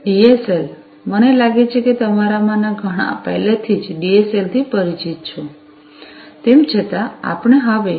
DSL મને લાગે છે કે તમારામાંના ઘણા પહેલાથી જ ડીએસએલથી પરિચિત છો તેમ છતાં આપણે હવે ડીએસએલ નો વધુ ઉપયોગ નહીં કરીએ